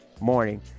morning